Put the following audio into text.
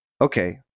Okay